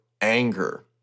anger